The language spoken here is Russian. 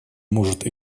может